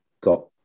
got